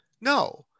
No